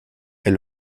est